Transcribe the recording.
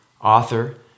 author